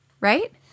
right